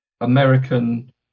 American